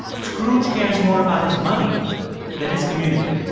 scrooge cares more about his money than his community.